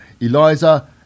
Eliza